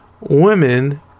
women